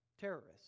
terrorists